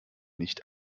nicht